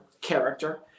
character